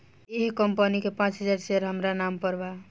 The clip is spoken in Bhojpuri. एह कंपनी के पांच हजार शेयर हामरा नाम पर बा